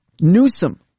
Newsom